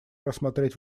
рассмотреть